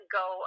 go